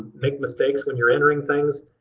make mistakes when you're entering things,